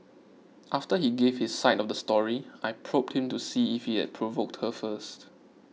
after he gave his side of the story I probed him to see if he had provoked her first